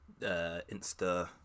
insta